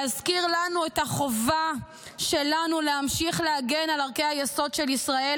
להזכיר לנו את החובה שלנו להמשיך להגן על ערכי היסוד של ישראל,